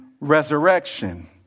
resurrection